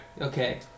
Okay